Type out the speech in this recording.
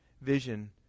vision